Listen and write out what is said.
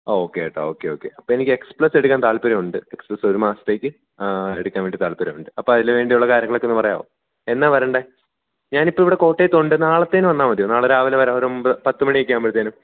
okay ചേട്ടാ okay okay അപ്പോൾ എനിക്ക് എക്സ് പ്ലസെടുക്കാൻ താൽപര്യം ഉണ്ട് എക്സ് പ്ലസ് ഒരു മാസത്തേക്ക് എടുക്കാൻ വേണ്ടി താൽപര്യം ഉണ്ട് അപ്പം അതിന് വേണ്ടി ഉള്ള കാര്യങ്ങളൊക്കെ ഒന്ന് പറയാവോ എന്നാണ് വരേണ്ടത് ഞാനിപ്പം ഇവിടെ കോട്ടയത്ത് ഉണ്ട് നാളത്തേന് വന്നാൽ മതിയോ നാളെ രാവിലെ വരാം ഒരു ഒൻപത് പത്ത് മണിയൊക്കെ ആകുമ്പഴത്തേക്കും